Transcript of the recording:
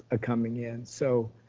ah coming in. so